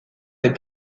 les